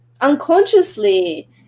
unconsciously